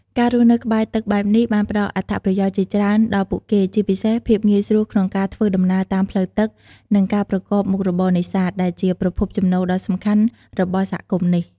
ការរស់នៅក្បែរទឹកបែបនេះបានផ្តល់អត្ថប្រយោជន៍ជាច្រើនដល់ពួកគេ ជាពិសេស ភាពងាយស្រួលក្នុងការធ្វើដំណើរតាមផ្លូវទឹក និង ការប្រកបមុខរបរនេសាទ ដែលជាប្រភពចំណូលដ៏សំខាន់របស់សហគមន៍នេះ។